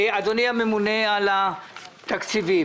אדוני הממונה על התקציבים,